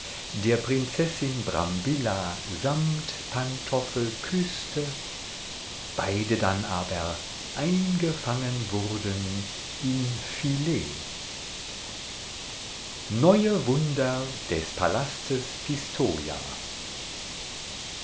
der prinzessin brambilla samtpantoffel küßte beide dann aber eingefangen wurden in filet neue wunder des palastes